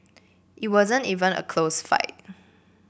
it wasn't even a close fight